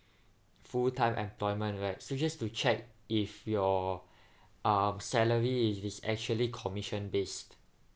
full time employment right so just to check if your um salary if it's actually commission based